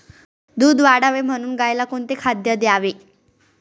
दूध वाढावे म्हणून गाईला कोणते खाद्य द्यावे?